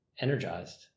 energized